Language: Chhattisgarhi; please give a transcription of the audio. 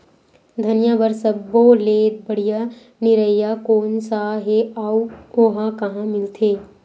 धनिया बर सब्बो ले बढ़िया निरैया कोन सा हे आऊ ओहा कहां मिलथे?